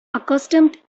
accustomed